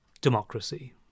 democracy